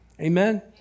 Amen